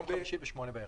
ביום חמישי ב-20:00 בערב.